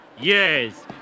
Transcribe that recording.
Yes